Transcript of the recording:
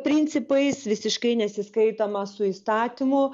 principais visiškai nesiskaitoma su įstatymu